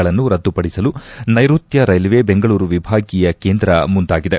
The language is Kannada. ಗಳನ್ನು ರದ್ನುಪಡಿಸಲು ನೈರುತ್ತ ರೈಲ್ವೆ ಬೆಂಗಳೂರು ವಿಭಾಗೀಯ ಕೇಂದ್ರ ಮುಂದಾಗಿದೆ